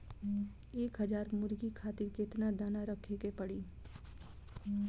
एक हज़ार मुर्गी खातिर केतना दाना रखे के पड़ी?